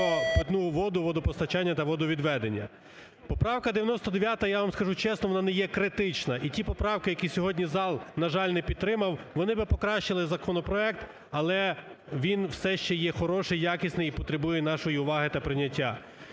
Поправка 99-а, я вам скажу чесно, вона не є критична. І ті поправки, які сьогодні зал, на жаль, не підтримав, вони би покращили законопроект, але він все ще є хороший, якісний і потребує нашої уваги та прийняття.